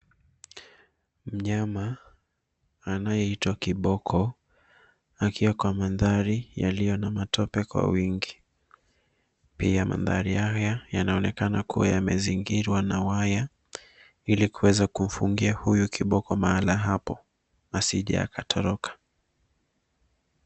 Mnyama anayeitwa kiboko, akiwa kwa mandhari yaliyo na matope kwa wingi..pia mandhari haya yanaonekana kuwa yamezingirwa na waya, ili kuweza kufungua huyu kiboko mahala hapo asije akatoroka.